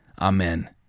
Amen